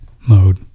mode